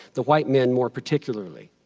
the white men more particularly.